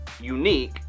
unique